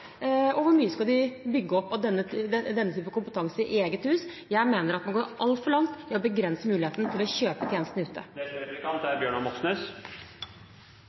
Og hvor mye skal de bygge opp av denne type kompetanse i eget hus? Jeg mener at man går altfor langt i å begrense muligheten til å kjøpe tjenestene ute.